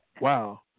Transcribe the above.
Wow